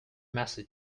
message